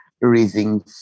raising